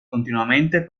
continuamente